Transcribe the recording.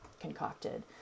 concocted